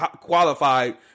qualified